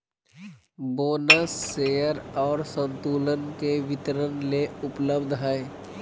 bonus share और संतुलन के वितरण ले उपलब्ध हइ